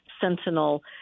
sentinel